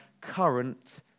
current